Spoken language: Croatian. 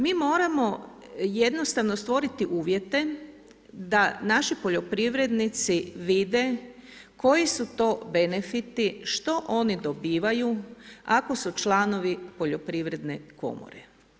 Mi moramo jednostavno stvoriti uvjete da naši poljoprivrednici vide koji su to benefiti, što oni dobivaju ako su članovi poljoprivredne komore.